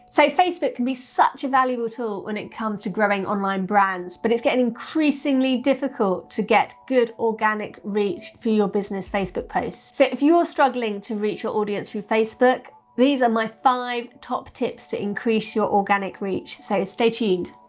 so facebook can be such a valuable tool when it comes to growing online brands, but it's getting increasingly difficult to get good organic reach for your business facebook posts. if you're struggling to reach your audience through facebook, these are my five top tips to increase your organic reach, so stay tuned.